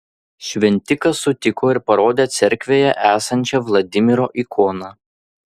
šventikas sutiko ir parodė cerkvėje esančią vladimiro ikoną